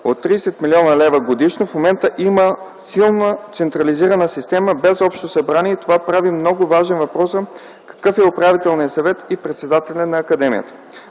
от 30 млн. лв. годишно, в момента има силно централизирана система без Общо събрание и това прави много важен въпроса какъв е управителния съвет и председателя на академията.